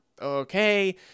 okay